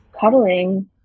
cuddling